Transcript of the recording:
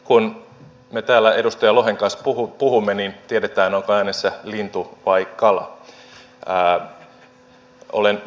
kun me täällä edustaja lohen kanssa puhumme niin tiedetään onko äänessä lintu vai kala